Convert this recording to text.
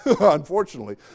unfortunately